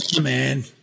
man